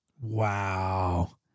Wow